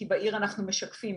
כי בעיר אנחנו משקפים,